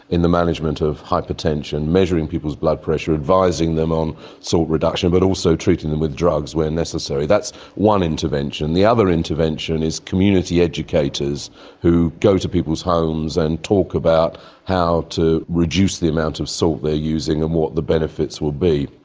in the management of hypertension, measuring people's blood pressure, advising them on salt reduction, but also treating them with drugs where necessary. that's one intervention. the other intervention is community educators who go to people's homes and talk about how to reduce the amount of salt they are using and what the benefits would be.